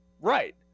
right